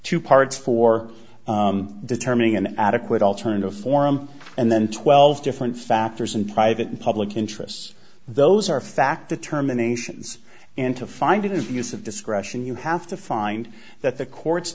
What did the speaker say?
two parts for determining an adequate alternative form and then twelve different factors in private and public interests those are fact the terminations into finding is the use of discretion you have to find that the court's